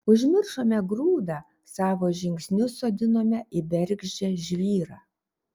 užmiršome grūdą savo žingsnius sodinome į bergždžią žvyrą